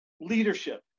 leadership